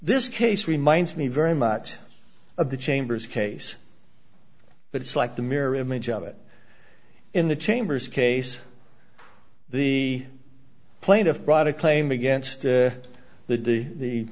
this case reminds me very much of the chambers case but it's like the mirror image of it in the chambers case the plaintiff brought a claim against the d the